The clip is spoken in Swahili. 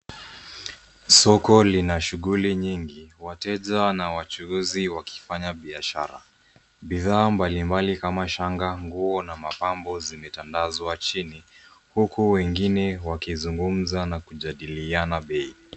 Soko lina shughuli nyingi, wateja na wachuuzi wakifanya biashara. Bidhaa mbalimbali kama shanga, nguo na mapambo zimetandazwa chini, huku wengine wakizungumza na kujadiliana bei.